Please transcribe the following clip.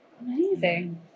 amazing